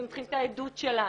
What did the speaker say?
אתם צריכים את העדות שלה.